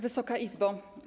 Wysoka Izbo!